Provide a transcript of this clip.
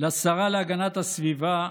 לשרה להגנת הסביבה,